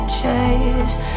chase